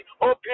open